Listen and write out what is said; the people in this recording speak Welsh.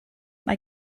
mae